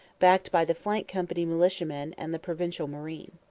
backed by the flank-company militiamen and the provincial marine.